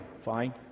Fine